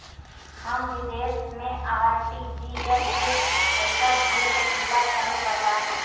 हम विदेस मे आर.टी.जी.एस से पईसा भेज सकिला तनि बताई?